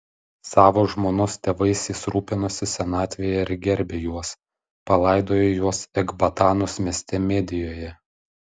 savo žmonos tėvais jis rūpinosi senatvėje ir gerbė juos palaidojo juos ekbatanos mieste medijoje